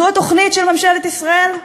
זו התוכנית של ממשלת ישראל,